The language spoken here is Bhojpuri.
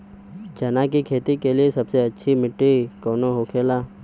चना की खेती के लिए सबसे अच्छी मिट्टी कौन होखे ला?